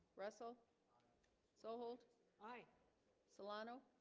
russell so hold i solano